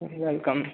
welcome